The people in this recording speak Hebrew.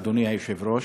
אדוני היושב-ראש,